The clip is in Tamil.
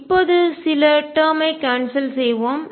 இப்போது சில டேர்ம் ஐ கான்செல் செய்வோம்